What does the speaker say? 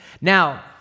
Now